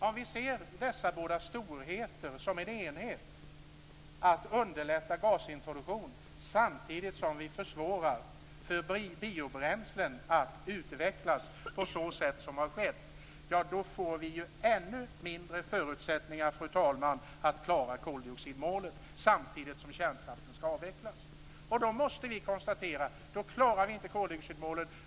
Om vi ser dessa båda storheter som en enhet, nämligen att underlätta gasintroduktion samtidigt som vi försvårar en utveckling av biobränslen på det sätt som har skett, så får vi ju ännu mindre förutsättningar, fru talman, att klara koldioxidmålet samtidigt som kärnkraften skall avvecklas. Vi måste då konstatera att vi inte klarar koldioxidmålet.